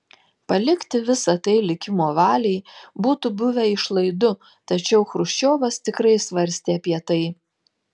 palikti visa tai likimo valiai būtų buvę išlaidu tačiau chruščiovas tikrai svarstė apie tai